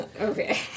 Okay